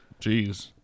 Jeez